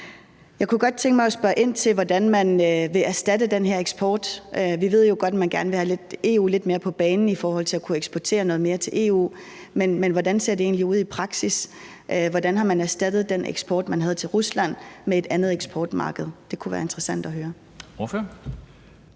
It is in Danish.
Jeg kunne godt tænke mig at spørge ind til, hvordan man vil erstatte den her eksport. Vi ved jo godt, at man gerne vil have EU lidt mere på banen i forhold til at kunne eksportere noget mere til EU, men hvordan ser det egentlig ud i praksis? Hvordan har man erstattet den eksport, man havde til Rusland, med et andet eksportmarked? Det kunne være interessant at høre.